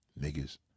Niggas